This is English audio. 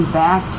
back